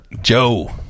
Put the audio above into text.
Joe